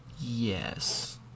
Yes